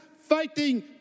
fighting